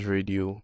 Radio